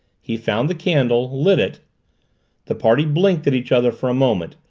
he found the candle, lit it the party blinked at each other for a moment,